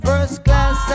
First-class